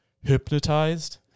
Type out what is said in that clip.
hypnotized